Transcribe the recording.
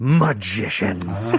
magicians